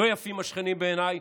לא יפים השכנים בעיניי.